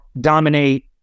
dominate